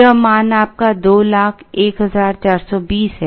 यह मान आपका 201420 है